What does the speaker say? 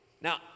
now